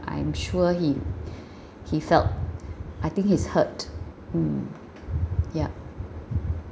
I'm sure he he felt I think he's hurt mm ya